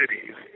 Cities